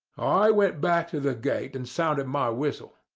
i went back to the gate and sounded my whistle.